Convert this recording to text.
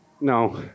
No